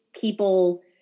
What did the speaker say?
people